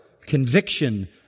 conviction